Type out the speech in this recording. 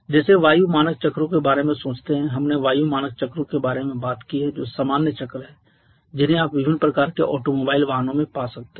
जैसे वायु मानक चक्रों के बारे में सोचते हैं हमने वायु मानक चक्रों के बारे में बात की है जो सामान्य चक्र हैं जिन्हें आप विभिन्न प्रकार के ऑटोमोबाइल वाहनों में पा सकते हैं